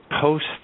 post